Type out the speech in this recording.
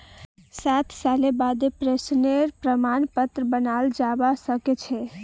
साठ सालेर बादें पेंशनेर प्रमाण पत्र बनाल जाबा सखछे